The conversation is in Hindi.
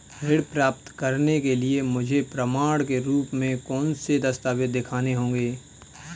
ऋण प्राप्त करने के लिए मुझे प्रमाण के रूप में कौन से दस्तावेज़ दिखाने होंगे?